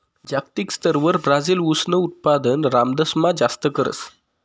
जागतिक स्तरवर ब्राजील ऊसनं उत्पादन समदासमा जास्त करस